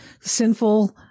sinful